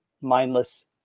mindless